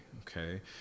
okay